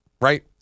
Right